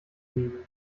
nehmen